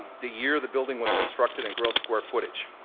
the year the building was constructed, and gross square footage.